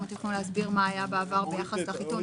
תוכלו להסביר מה היה בעבר ביחס לחיתום?